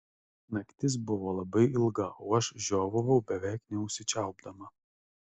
naktis buvo labai ilga o aš žiovavau beveik neužsičiaupdama